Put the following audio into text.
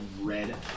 red